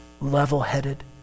level-headed